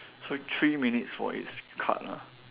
take three minutes for each card lah